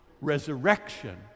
resurrection